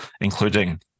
including